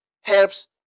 Helps